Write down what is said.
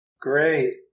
Great